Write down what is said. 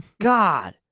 God